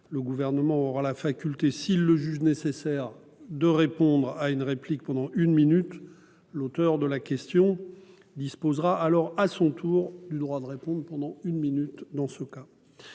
équivalente. Il aura la faculté, s'il le juge nécessaire, de répondre à la réplique pendant une minute supplémentaire. L'auteur de la question disposera alors à son tour du droit de répondre pendant une minute. Dans le